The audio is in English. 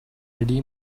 ready